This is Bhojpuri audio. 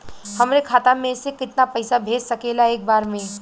हमरे खाता में से कितना पईसा भेज सकेला एक बार में?